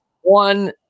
one